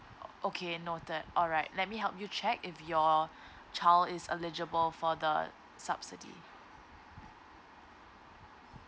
o~ okay noted alright let me help you check if your child is eligible for the subsidy